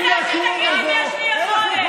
מי אתה שתגיד לי אם יש לי יכולת?